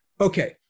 Okay